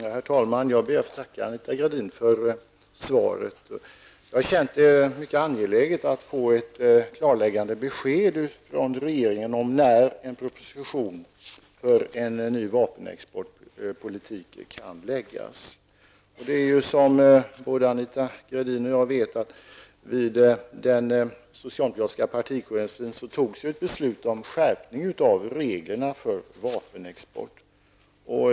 Herr talman! Jag ber att få tacka Anita Gradin för svaret. Jag har känt det som mycket angeläget att få ett klarläggande besked från regeringen om när en proposition för en ny vapenexportpolitik kan läggas fram. Som både Anita Gradin och jag vet, fattades det vid den socialdemokratiska partikongressen ett beslut om en skärpning av reglerna för vapenexport.